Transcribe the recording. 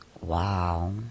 Wow